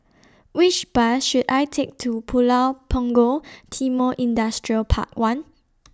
Which Bus should I Take to Pulau Punggol Timor Industrial Park one